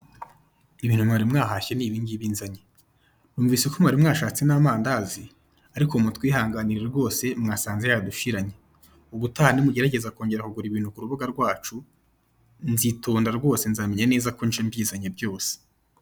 Ibintu mwari mwahashye ni ibi ngibi nzanye, numvise ko mwari mwashatse n'amandazi ariko mutwihanganire rwose mwasanze yadufiranye, ubutaha nimugerageza kongera kugura ibintu ku rubuga rwacu, nzitonda rwose nzamenya neza ko nje mbizanye byose.